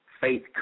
faith